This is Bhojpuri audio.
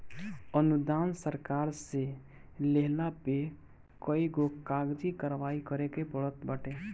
अनुदान सरकार से लेहला पे कईगो कागजी कारवाही करे के पड़त बाटे